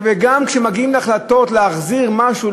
וגם כשמגיעים להחלטות להחזיר משהו,